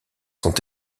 sont